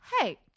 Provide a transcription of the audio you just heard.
hey